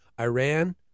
Iran